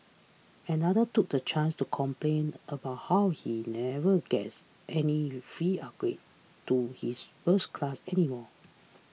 another took the chance to complain about how he never gets any free upgrades to his first class anymore